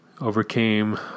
overcame